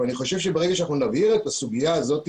אני חושב שברגע שנבהיר את הסוגיה הזאת,